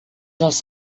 els